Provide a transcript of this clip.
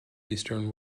eastern